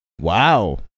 Wow